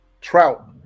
trout